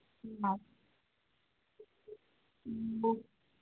ꯑ ꯎꯝ